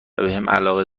علاقه